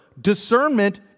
discernment